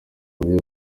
uburyo